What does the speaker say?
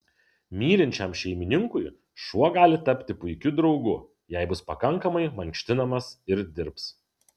mylinčiam šeimininkui šuo gali tapti puikiu draugu jei bus pakankamai mankštinamas ir dirbs